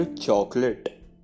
chocolate